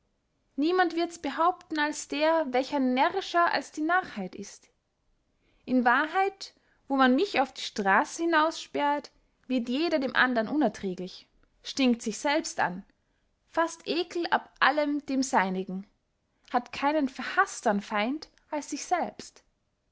niemand wirds behaupten als der welcher närrischer als die narrheit ist in wahrheit wo man mich auf die strasse hinaussperrt wird jeder dem andern unerträglich stinkt sich selbst an faßt eckel ab allem dem seinigen hat keinen verhaßtern feind als sich selbst